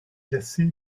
classé